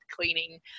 cleaning